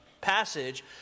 passage